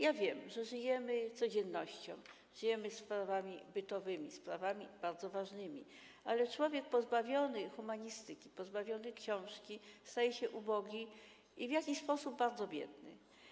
Ja wiem, że żyjemy codziennością, żyjemy sprawami bytowymi, sprawami bardzo ważnymi, ale człowiek pozbawiony humanistyki, pozbawiony książki staje się ubogi i w jakiś sposób bardzo biedny.